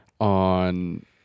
on